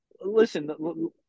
listen